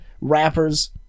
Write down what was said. rappers